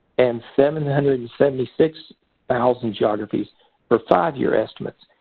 and seven hundred and seventy six thousand geographies for five-year estimates.